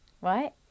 right